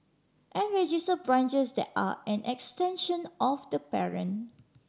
and register branches that are an extension of the parent